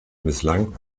misslang